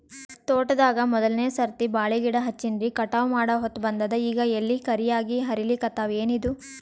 ತೋಟದಾಗ ಮೋದಲನೆ ಸರ್ತಿ ಬಾಳಿ ಗಿಡ ಹಚ್ಚಿನ್ರಿ, ಕಟಾವ ಮಾಡಹೊತ್ತ ಬಂದದ ಈಗ ಎಲಿ ಕರಿಯಾಗಿ ಹರಿಲಿಕತ್ತಾವ, ಏನಿದು?